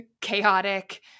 chaotic